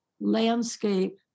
landscape